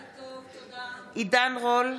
בעד עידן רול,